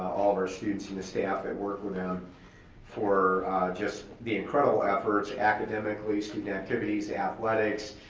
all of our students and the staff that work with them for just the incredible efforts academically, student activities, athletics,